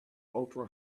ultra